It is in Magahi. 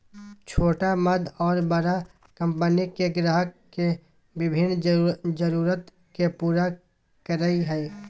छोटा मध्य और बड़ा कंपनि के ग्राहक के विभिन्न जरूरत के पूरा करय हइ